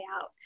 out